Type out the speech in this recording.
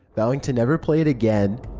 vowing to never play it again.